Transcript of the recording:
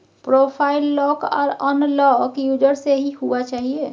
profile lock आर unlock user से ही हुआ चाहिए